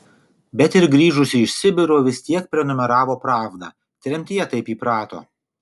bet ir grįžusi iš sibiro vis tiek prenumeravo pravdą tremtyje taip įprato